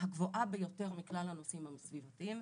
הגבוהה ביותר בין כלל הנושאים הסביבתיים,